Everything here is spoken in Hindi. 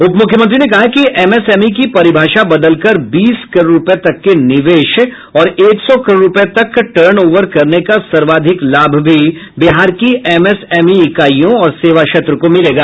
उप मुख्यमंत्री ने कहा कि एमएसएमई की परिभाषा बदलकर बीस करोड़ रुपये तक के निवेश और एक सौ करोड़ रुपये तक टर्नओवर करने का सर्वाधिक लाभ भी बिहार की एमएसएमई इकाइयों और सेवा क्षेत्र को मिलेगा